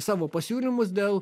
savo pasiūlymus dėl